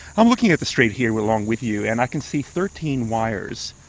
i'm looking at the street here along with you, and i can see thirteen wires,